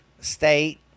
State